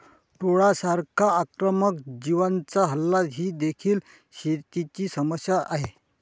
टोळांसारख्या आक्रमक जीवांचा हल्ला ही देखील शेतीची समस्या आहे